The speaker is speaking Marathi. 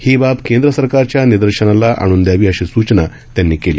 ही बाब केंद्र सरकारच्या निदर्शनाला आणून द्यावी अशी सूचना त्यांनी केली